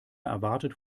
erwartet